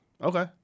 Okay